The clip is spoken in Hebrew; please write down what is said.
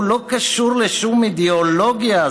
הוא לא קשור לשום אידיאולוגיה,